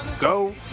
go